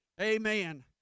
Amen